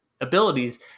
abilities